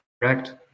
correct